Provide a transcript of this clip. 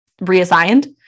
reassigned